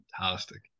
fantastic